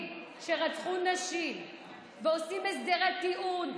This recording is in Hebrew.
עדיין אנחנו רואים גברים שרצחו נשים ועושים הסדרי טיעון,